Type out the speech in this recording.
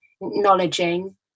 acknowledging